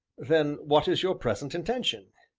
then what is your present intention?